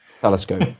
telescope